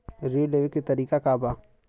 ऋण लेवे के तरीका का बा?